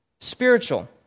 spiritual